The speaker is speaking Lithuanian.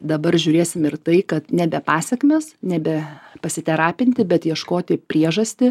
dabar žiūrėsim ir tai kad nebe pasekmes nebe pasiterapinti bet ieškoti priežastį